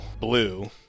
blue